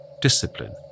discipline